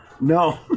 No